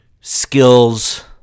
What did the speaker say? Skills